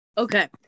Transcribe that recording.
Okay